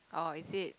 oh is it